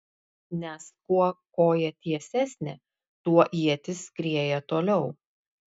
nes kuo koja tiesesnė tuo ietis skrieja toliau